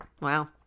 Wow